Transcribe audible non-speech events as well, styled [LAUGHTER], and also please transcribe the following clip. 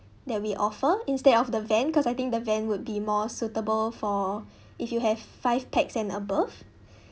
that we offer instead of the van cause I think the van would be more suitable for [BREATH] if you have five pax and above [BREATH]